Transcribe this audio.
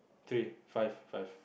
three five five